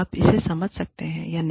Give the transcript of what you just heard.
आप इसे समझ सकते हैं या नहीं